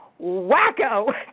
wacko